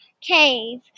cave